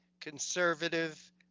conservative